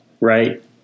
Right